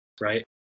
right